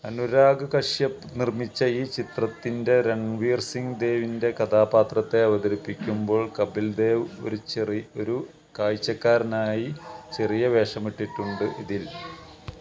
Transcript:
അനുരാഗ് കശ്യപ് നിർമ്മിച്ച ഈ ചിത്രത്തിൻ്റെ രൺവീർ സിങ് ദേവിന്റെ കഥാപാത്രത്തെ അവതരിപ്പിക്കുമ്പോള് കപില് ദേവ് ഒരു ചെറി കാഴ്ചക്കാരനായി ചെറിയ വേഷമിട്ടിട്ടുണ്ട് ഇതിൽ